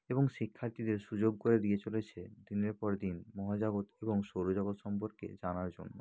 এবং শিক্ষার্থীদের সুযোগ করে দিয়ে চলেছে দিনের পর দিন মহাজাগত এবং সৌর জগৎ সম্পর্কে জানার জন্য